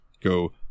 go